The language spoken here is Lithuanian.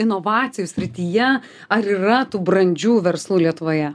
inovacijų srityje ar yra tų brandžių verslų lietuvoje